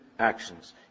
actions